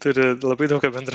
turi labai daug ką bendra